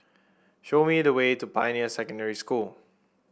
show me the way to Pioneer Secondary School